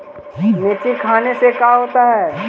मिर्ची खाने से का होता है?